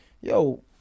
yo